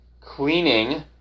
cleaning